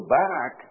back